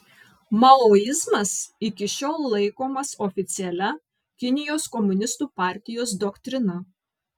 maoizmas iki šiol laikomas oficialia kinijos komunistų partijos doktrina